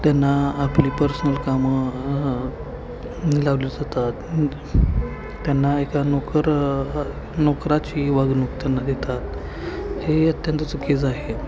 त्यांना आपली पर्सनल कामं लावले जातात त्यांना एका नोकर नोकराची वागणूक त्यांना देतात हे अत्यंत चुकीचं आहे